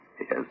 Yes